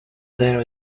there